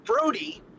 Brody